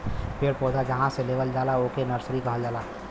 पेड़ पौधा जहां से लेवल जाला ओके नर्सरी कहल जाला